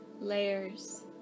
layers